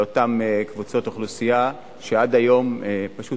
לאותן קבוצות אוכלוסייה שעד היום פשוט